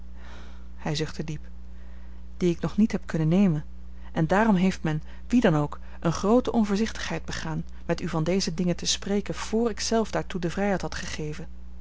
hij zuchtte diep die ik nog niet heb kunnen nemen en daarom heeft men wie dan ook eene groote onvoorzichtigheid begaan met u van deze dingen te spreken vr ik zelf daartoe de vrijheid had gegeven